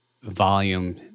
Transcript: volume